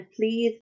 please